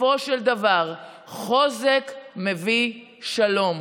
בסופו של דבר חוזק מביא שלום.